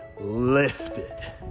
lifted